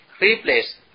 Replace